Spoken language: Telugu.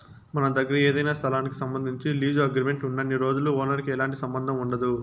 మన దగ్గర ఏదైనా స్థలానికి సంబంధించి లీజు అగ్రిమెంట్ ఉన్నన్ని రోజులు ఓనర్ కి ఎలాంటి సంబంధం ఉండదు